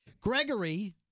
Gregory